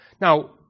Now